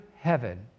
heaven